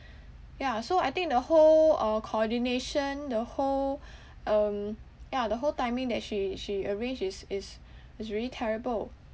ya so I think the whole uh coordination the whole um ya the whole timing that she she arrange is is is really terrible